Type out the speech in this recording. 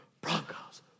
Broncos